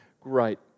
Great